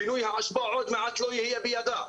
פינוי האשפה עוד מעט לא יהיה בידה.